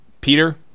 Peter